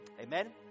Amen